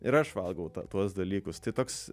ir aš valgau ta tuos dalykus tai toks